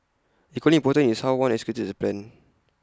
equally important is how one executes the plan